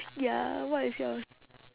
ya what is yours